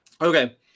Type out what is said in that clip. Okay